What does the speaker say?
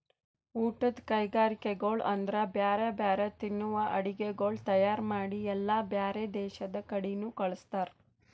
ಊಟದ್ ಕೈಗರಿಕೆಗೊಳ್ ಅಂದುರ್ ಬ್ಯಾರೆ ಬ್ಯಾರೆ ತಿನ್ನುವ ಅಡುಗಿಗೊಳ್ ತೈಯಾರ್ ಮಾಡಿ ಎಲ್ಲಾ ಬ್ಯಾರೆ ದೇಶದ ಕಡಿನು ಕಳುಸ್ತಾರ್